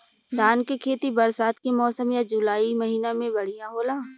धान के खेती बरसात के मौसम या जुलाई महीना में बढ़ियां होला?